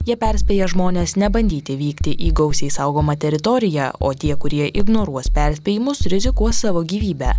jie perspėja žmones nebandyti vykti į gausiai saugomą teritoriją o tie kurie ignoruos perspėjimus rizikuos savo gyvybe